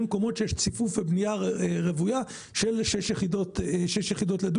במקומות שיש ציפוף ובנייה רוויה של שש יחידות לדונם,